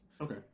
Okay